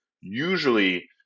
usually